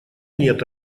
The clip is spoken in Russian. нет